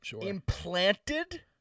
implanted